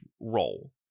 role